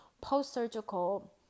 post-surgical